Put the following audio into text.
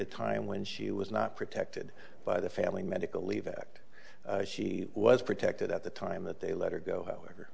of time when she was not protected by the family medical leave act she was protected at the time that they let her go however